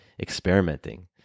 experimenting